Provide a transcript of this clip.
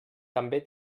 també